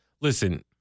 listen